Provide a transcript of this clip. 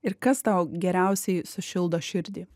ir kas tau geriausiai sušildo širdį